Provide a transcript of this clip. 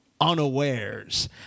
unawares